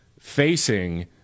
facing